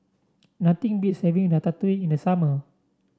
nothing beats having Ratatouille in the summer